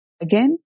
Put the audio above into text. Again